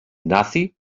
nazi